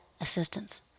assistance